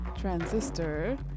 Transistor